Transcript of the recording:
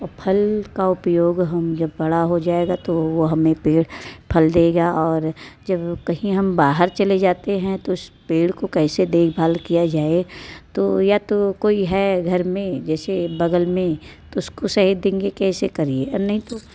ओ फल का उपयोग हम जब बड़ा हो जाएगा तो वह हमें पड़ फल देगा और जब कहीं हम बाहर चले जाते हैं तो उस पेड़ को कैसे देखभाल किया जाए तो या तो कोई है घर में जैसे बगल में तो उसको सेह देंगे कि ऐसे करिए नहीं तो